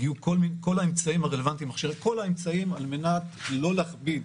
הגיעו כל האמצעים הרלוונטיים על מנת לא להכביד